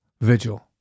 vigil